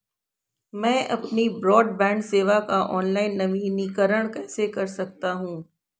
मैं अपनी ब्रॉडबैंड सेवा का ऑनलाइन नवीनीकरण कैसे कर सकता हूं?